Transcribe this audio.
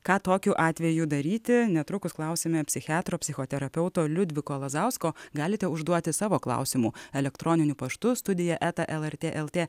ką tokiu atveju daryti netrukus klausime psichiatro psichoterapeuto liudviko lazausko galite užduoti savo klausimų elektroniniu paštu studija eta lrt lt